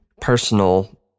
personal